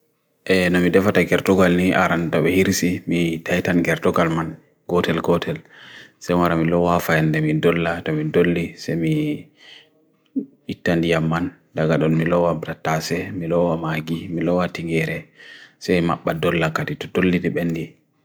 nami defa tha kertokal ni aran dawe hirisi, mi thaitan kertokal man, kotel kotel. Se mara milo waafayan demin dolla, demin dolli, se mi itan diya man, dagadon milo wa brattase, milo wa maagi, milo wa tingeire, se ma ba dolla katitutuli ri bendi.